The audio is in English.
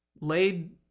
laid